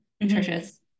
nutritious